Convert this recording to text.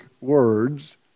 words